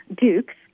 dukes